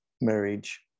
marriage